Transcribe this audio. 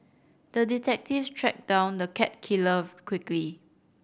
the detective tracked down the cat killer quickly